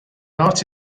art